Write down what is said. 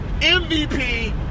MVP